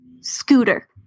Scooter